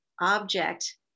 object